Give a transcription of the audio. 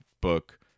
book